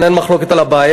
אין כאן מחלוקת על הבעיה.